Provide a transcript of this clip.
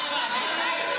גברתי.